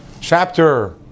Chapter